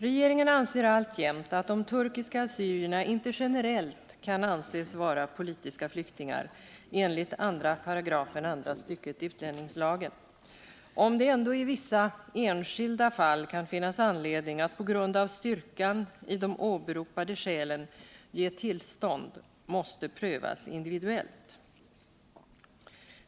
Regeringen anser alltjämt att de turkiska assyrierna inte generellt kan anses vara politiska flyktingar enligt 2 § andra stycket utlänningslagen. Om det ändå i vissa enskilda fall kan finnas anledning att på grund av styrkan i de åberopade skälen ge tillstånd måste prövas individuellt.